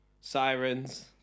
Sirens